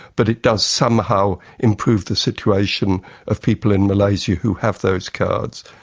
but it does somehow improve the situation of people in malaysia who have those cards.